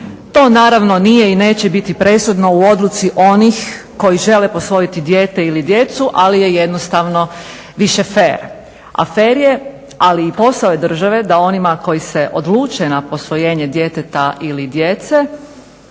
To naravno nije i neće biti presudno u odluci onih koji žele posvojiti dijete ili djecu ali je jednostavno više fer. A fer ali i posao je države da onima koji se odluče na posvojenje djeteta ili djece